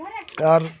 আর